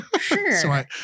Sure